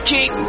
Kick